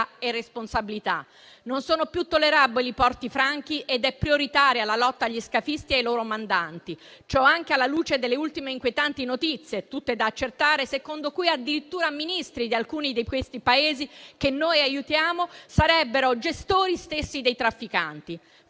e responsabilità. Non sono più tollerabili porti franchi ed è prioritaria la lotta agli scafisti e ai loro mandanti. Ciò anche alla luce delle ultime inquietanti notizie - tutte da accertare - secondo cui addirittura Ministri di alcuni di questi Paesi che noi aiutiamo sarebbero gestori stessi dei trafficanti.